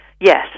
yes